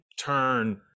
turn